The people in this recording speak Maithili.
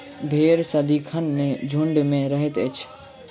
भेंड़ सदिखन नै झुंड मे रहैत अछि